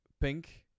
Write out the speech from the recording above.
pink